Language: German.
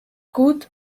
gut